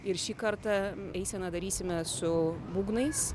ir šį kartą eiseną darysime su būgnais